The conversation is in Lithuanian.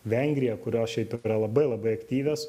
vengrija kurios šiaip yra labai labai aktyvios